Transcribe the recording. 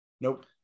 Nope